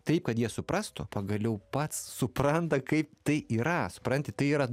taip kad jie suprastų pagaliau pats supranta kaip tai yra supranti tai yra